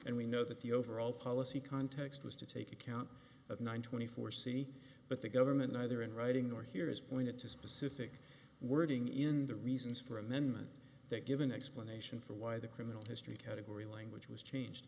and we know that the overall policy context was to take account of nine twenty four c but the government either in writing or here is pointed to specific wording in the reasons for amendment that give an explanation for why the criminal history category language was changed